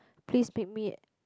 please make me